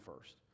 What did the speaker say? first